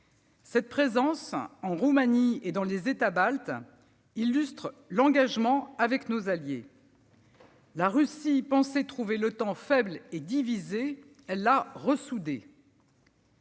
Cette présence en Roumanie et dans les États baltes illustre l'engagement avec nos alliés. La Russie pensait trouver l'Otan faible et divisée, elle l'a ressoudée.